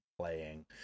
playing